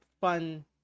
fun